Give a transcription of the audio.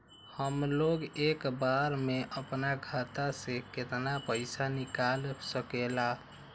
हमलोग एक बार में अपना खाता से केतना पैसा निकाल सकेला?